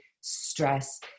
stress